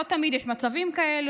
לא תמיד יש מצבים כאלה,